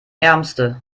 ärmste